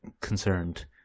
concerned